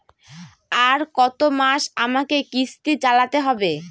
আর কতমাস আমাকে কিস্তি চালাতে হবে?